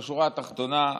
בשורה התחתונה,